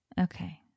Okay